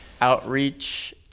outreach